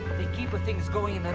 they keep things going